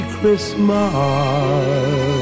Christmas